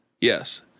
Yes